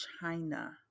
China